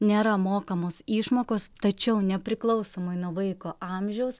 nėra mokamos išmokos tačiau nepriklausomai nuo vaiko amžiaus